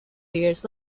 years